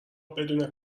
بدون